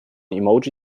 emoji